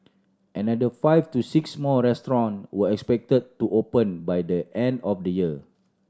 another five to six more restaurant were expected to open by the end of the year